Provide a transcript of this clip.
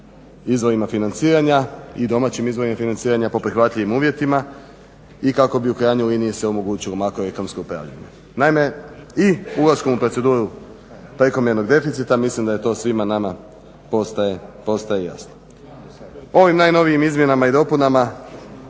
izvorima financiranja i domaćim izvorima financiranja po prihvatljivim uvjetima i kako bi u krajnjoj liniji se omogućilo makroekonomsko upravljanje. Naime, i ulaskom u proceduru prekomjernog deficita mislim da to svima nama postaje jasno. Ovim najnovijim izmjenama i dopunama